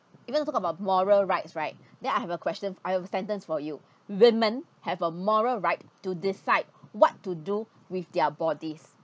even talk about moral rights right then I have a question I have a sentence for you women have a moral right to decide what to do with their bodies